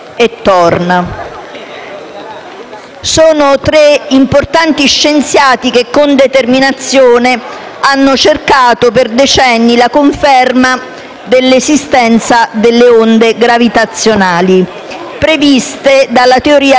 I tre importanti scienziati con determinazione hanno cercato per decenni la conferma dell'esistenza delle onde gravitazionali previste dalla teoria della relatività generale.